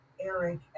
Eric